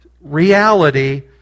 Reality